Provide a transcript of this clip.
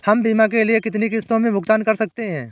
हम बीमा के लिए कितनी किश्तों में भुगतान कर सकते हैं?